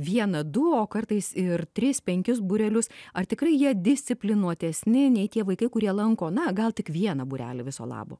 vieną du o kartais ir tris penkis būrelius ar tikrai jie disciplinuotesni nei tie vaikai kurie lanko na gal tik vieną būrelį viso labo